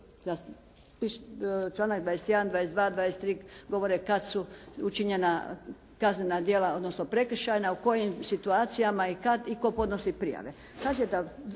članak 21., 22., 23. govore kada su učinjena kaznena djela, odnosno prekršajna u kojim situacijama i kada i tko podnosi prijave.